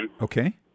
Okay